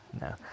no